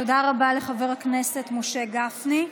תודה רבה לחבר הכנסת משה גפני.